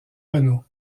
renault